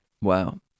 Wow